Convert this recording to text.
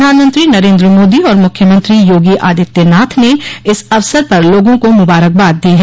प्रधानमंत्री नरेन्द्र मोदी और मुख्यमंत्री योगी आदित्यनाथ ने इस अवसर पर लोगों को मुबारकबाद दी है